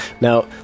Now